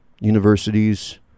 universities